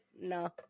no